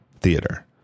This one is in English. Theater